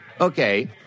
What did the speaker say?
Okay